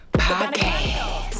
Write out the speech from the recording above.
podcast